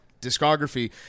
discography